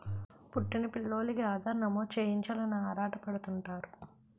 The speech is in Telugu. పుట్టిన పిల్లోలికి ఆధార్ నమోదు చేయించాలని ఆరాటపడుతుంటారు